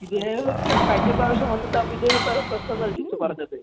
ഇതേ പോലത്തെ കഴിഞ്ഞ പ്രാവശ്യം വന്ന സമയം ഇതേ പല പ്രശ്നം എന്നല്ലേ ജിത്തു പറഞ്ഞത്